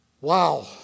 wow